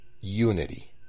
unity